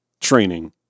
training